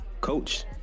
coach